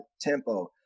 tempo